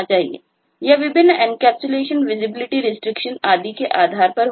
यह विभिन्न encapsulation visibility restriction आदि के आधार पर होगा